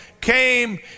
came